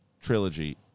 trilogy